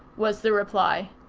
was the reply.